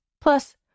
Plus